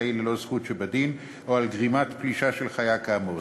חקלאי ללא זכות שבדין או על גרימת פלישה של חיה כאמור.